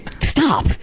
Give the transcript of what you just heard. Stop